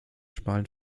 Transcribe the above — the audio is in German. schmalen